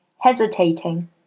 hesitating